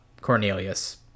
Cornelius